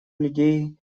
людей